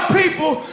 people